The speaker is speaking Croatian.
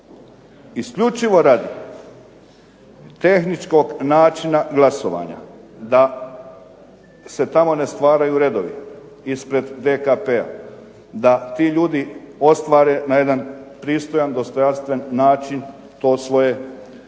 isključivo radi tehničkog načina glasovanja, da se tamo ne stvaraju redovi ispred DKP-a, da ti ljudi ostvare na jedan pristojan, dostojanstven način to svoje pravo